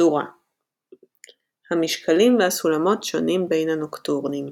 צורה המשקלים והסולמות שונים בין הנוקטורנים.